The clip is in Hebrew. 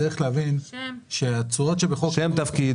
צריך להבין שהתשואות שבחוק עידוד